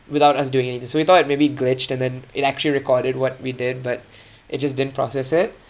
without us doing anything so we thought maybe glitch and then it actually recorded what we did but it just didn't process it